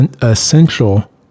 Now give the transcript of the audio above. essential